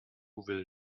will